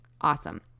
Awesome